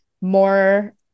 more